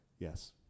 Yes